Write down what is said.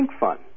ThinkFun